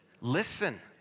Listen